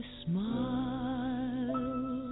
smile